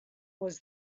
was